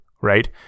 right